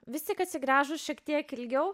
visi atsigręžus šiek tiek ilgiau